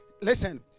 Listen